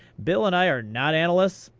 bill and i are not analysts.